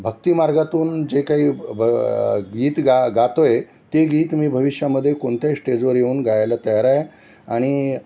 भक्तिमार्गातून जे काही ब गीत गा गातो आहे ते गीत मी भविष्यामध्ये कोणत्याही स्टेजवर येऊन गायला तयार आहे आणि